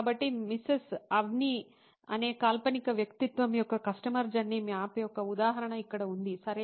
కాబట్టి మిసెస్ అవ్ని అనే కాల్పనిక వ్యక్తిత్వం యొక్క కస్టమర్ జర్నీ మ్యాప్ యొక్క ఉదాహరణ ఇక్కడ ఉంది సరే